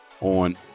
On